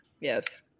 Yes